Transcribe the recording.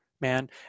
man